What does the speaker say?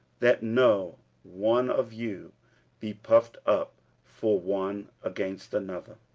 that no one of you be puffed up for one against another.